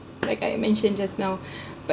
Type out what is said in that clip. like I mentioned just now but